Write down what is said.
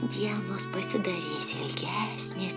dienos pasidarys ilgesnės